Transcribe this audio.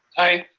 aye.